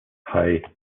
hei